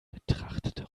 betrachtete